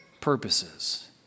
purposes